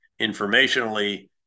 informationally